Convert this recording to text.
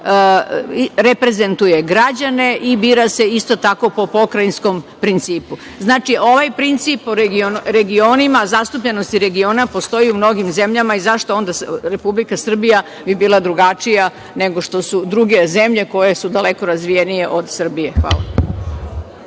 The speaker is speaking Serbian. reprezentuje građane i bira se isto tako po pokrajinskom principu. Znači, ovaj princip po regionima, zastupljenost regiona postoji po mnogim zemljama i zašto onda Republika Srbija bi bila drugačija nego što su druge zemlje koje su daleko razvijenije od Srbije. Hvala.